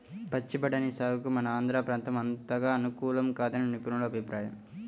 పచ్చి బఠానీ సాగుకు మన ఆంధ్ర ప్రాంతం అంతగా అనుకూలం కాదని నిపుణుల అభిప్రాయం